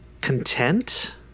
content